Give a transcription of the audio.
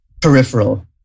peripheral